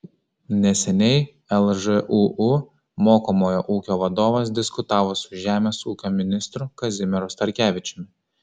neseniai lžūu mokomojo ūkio vadovas diskutavo su žemės ūkio ministru kazimieru starkevičiumi